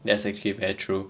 that's actually very true